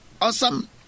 awesome